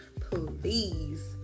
please